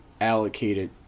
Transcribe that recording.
allocated